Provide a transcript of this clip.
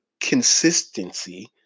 consistency